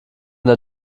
der